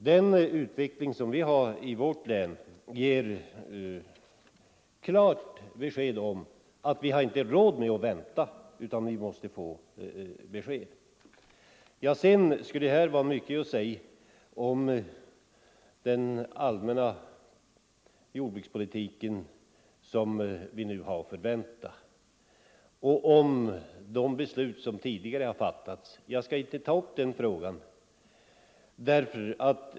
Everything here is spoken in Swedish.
Den utveckling som äger rum i mitt hemlän visar tydligt att vi inte har råd att vänta. Det skulle vara mycket att säga om den allmänna jordbrukspolitik som vi nu har att förvänta och om de beslut som tidigare har fattats, men jag skall inte ta upp den saken.